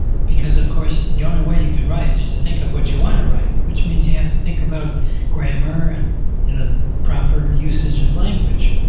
because of course, the only way you can write is to think of what you want to write, which means you have to think about grammar, and in a proper usage of language.